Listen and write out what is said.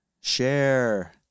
Share